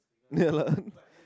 ya lah